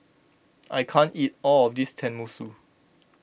I can't eat all of this Tenmusu